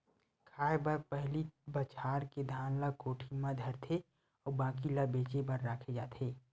खाए बर पहिली बछार के धान ल कोठी म धरथे अउ बाकी ल बेचे बर राखे जाथे